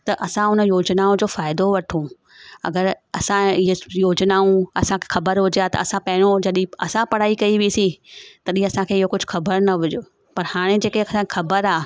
त असां हुन योजनाओ जो फ़ाइदो वठूं अगरि असां इहा योजनाऊं असांखे ख़बर हुजे हां त असां पहिरों जॾी असां पढ़ाई कई हुईसीं तॾहिं असांखे इहो कुझु ख़बर न हुजे पर हाणे जेके असांखे ख़बर आ्हे